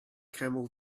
camel